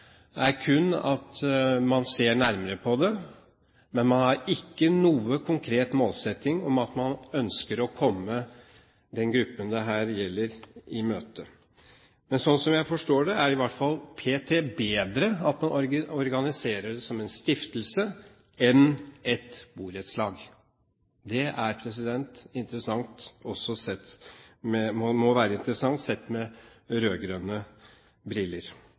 er kun at man ser nærmere på det, men man har ikke noen konkret målsetting om at man ønsker å komme den gruppen dette gjelder, i møte. Men slik jeg forstår det, er det p.t. bedre at man organiserer dette som en stiftelse enn et borettslag. Det må være interessant, sett med